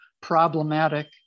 problematic